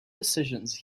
decisions